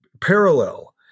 parallel